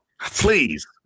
please